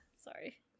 Sorry